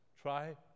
Try